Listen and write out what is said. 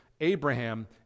abraham